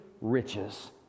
riches